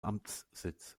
amtssitz